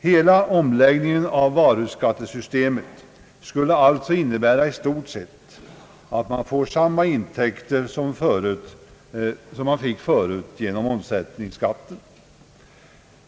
Hela omläggningen av varuskattesystemet skulle alltså innebära att man i stort sett får samma intäkter som förut genom omsättningsskatten.